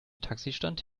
taxistand